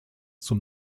zum